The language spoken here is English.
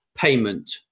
payment